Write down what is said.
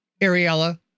Ariella